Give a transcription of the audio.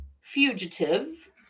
fugitive